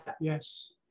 Yes